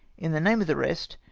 in the name of the rest,